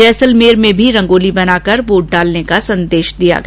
जैसलमेर और बीकानेर में भी रंगोली बनाकर वोट डालने का संदेश दिया गया